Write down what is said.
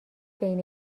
بین